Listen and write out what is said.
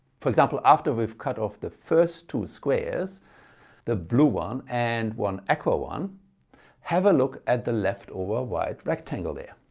for example, after we've cut off the first two squares the blue one and one aqua one have a look at the left over white rectangle. there,